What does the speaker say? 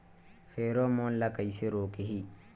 Pheromone ला कइसे रोकही?